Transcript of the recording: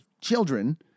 children